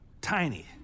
Tiny